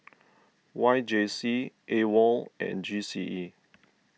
Y J C Awol and G C E